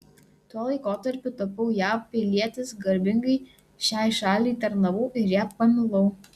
tuo laikotarpiu tapau jav pilietis garbingai šiai šaliai tarnavau ir ją pamilau